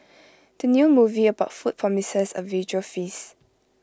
the new movie about food promises A visual feast